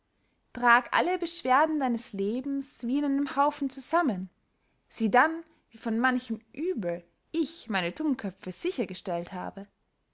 trag alle beschwerden deines lebens wie in einen haufen zusammen sieh dann wie von manchem uebel ich meine tummköpfe sicher gestellt habe